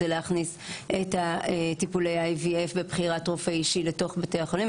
היה להכניס את טיפולי ה-IVF בבחירת רופא אישי לתוך בתי החולים.